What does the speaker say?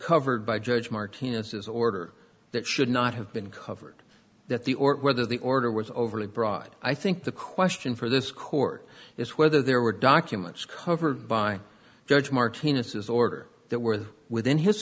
covered by judge martinez as order that should not have been covered that the or whether the order was overly broad i think the question for this court is whether there were documents covered by judge martinez his order that were within his